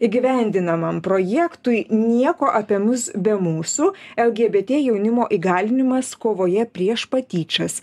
įgyvendinamam projektui nieko apie mus be mūsų lgbt jaunimo įgalinimas kovoje prieš patyčias